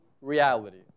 reality